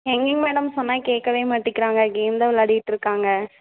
எங்கைங்க madam சொன்னால் கேட்கவே மாட்டிக்கிறாங்க கேம் தான் விளாடிட்டுருக்காங்க